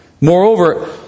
Moreover